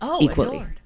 equally